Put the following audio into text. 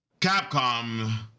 Capcom